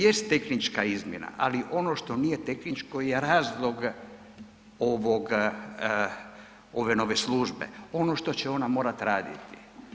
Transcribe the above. Jest tehnička izmjena, ali ono što nije tehničko je razlog ovoga, ove nove službe, ono što će ona morati raditi.